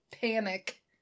panic